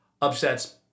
upsets